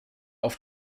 auf